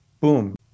boom